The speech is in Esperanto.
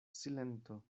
silento